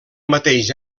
mateix